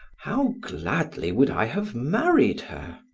how gladly would i have married her.